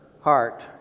heart